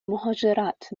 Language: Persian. مهاجرت